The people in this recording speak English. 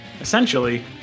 Essentially